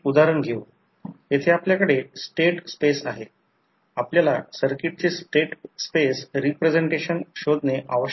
उदाहरण वेल्डिंग आणि rectifier supply domestic bell circuit imported washing machine माझे म्हणणे आहे की स्मॉल पॉवर ट्रान्सफॉर्मरमध्ये बर्याच गोष्टी आहेत